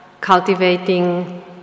cultivating